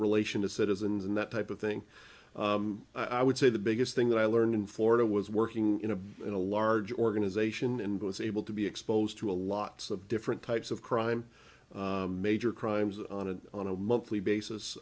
relation to citizens and that type of thing i would say the biggest thing that i learned in florida was working in a in a large organization and was able to be exposed to a lots of different types of crime major crimes on a on a monthly